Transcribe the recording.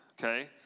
okay